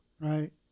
right